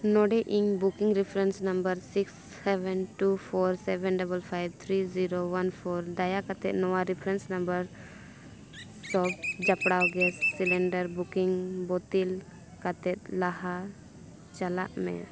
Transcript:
ᱱᱚᱸᱰᱮ ᱤᱧ booking reference number six seven two four seven double five three zero one four ᱫᱟᱭᱟ ᱠᱟᱛᱮᱫ ᱱᱚᱣᱟ ᱨᱮᱯᱷᱟᱨᱮᱱᱥ ᱱᱟᱢᱵᱟᱨ ᱥᱚᱵ ᱡᱚᱯᱲᱟᱣ ᱜᱮᱥ ᱥᱤᱞᱤᱱᱰᱟᱨ ᱵᱩᱠᱤᱝ ᱵᱟᱹᱛᱤᱞ ᱠᱟᱛᱮᱫ ᱞᱟᱦᱟ ᱪᱟᱞᱟᱜ ᱢᱮ